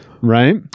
right